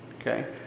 okay